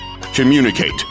Communicate